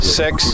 six